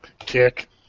Kick